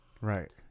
Right